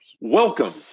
Welcome